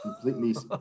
completely